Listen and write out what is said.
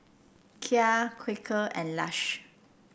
Kia Quaker and Lush